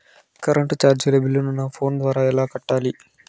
Current చార్జీల బిల్లును, నా ఫోను ద్వారా ఎలా కట్టాలి?